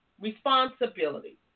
responsibility